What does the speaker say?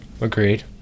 Agreed